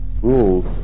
Rules